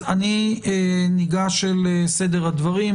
אני ניגש אל סדר הדברים.